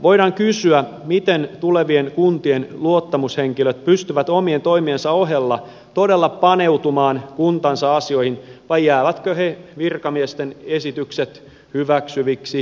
voidaan kysyä miten tulevien kuntien luottamushenkilöt pystyvät omien toimiensa ohella todella paneutumaan kuntansa asioihin vai jäävätkö he virkamiesten esitykset hyväksyviksi leimasimiksi